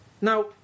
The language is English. Now